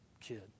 kid